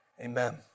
Amen